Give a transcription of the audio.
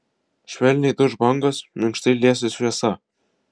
švelniai duš bangos minkštai liesis šviesa